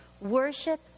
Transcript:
Worship